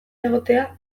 egotea